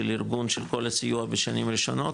של ארגון של כל הסיוע בשנים הראשונות,